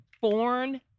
born